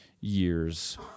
years